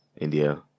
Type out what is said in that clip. India